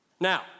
Now